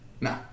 No